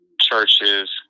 churches